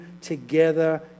together